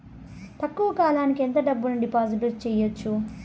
తక్కువ కాలానికి ఎంత డబ్బును డిపాజిట్లు చేయొచ్చు?